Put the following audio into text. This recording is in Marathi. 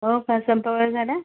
हो का स्वयंपाक वगैरे झाला